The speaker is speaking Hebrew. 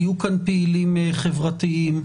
היו כאן פעילים חברתיים,